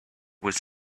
was